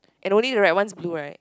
and only right once blue right